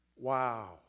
Wow